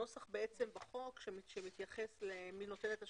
הנוסח בחוק שמתייחס למי נותן את השירות,